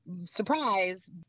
surprise